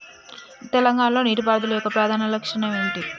తెలంగాణ లో నీటిపారుదల యొక్క ప్రధాన లక్ష్యం ఏమిటి?